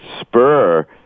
spur